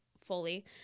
fully